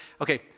Okay